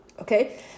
Okay